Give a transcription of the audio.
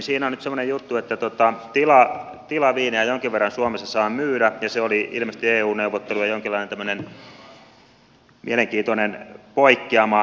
siinä on nyt semmoinen juttu että tilaviinejä jonkin verran suomessa saa myydä ja se oli ilmeisesti eu neuvotteluissa jonkinlainen tämmöinen mielenkiintoinen poikkeama